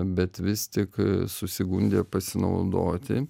bet vis tik susigundė pasinaudoti